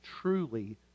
truly